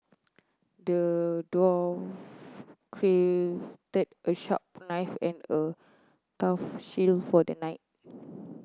the dwarf a sharp and a tough shield for the knight